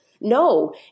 No